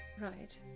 Right